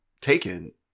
taken